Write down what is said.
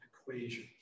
equation